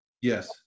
Yes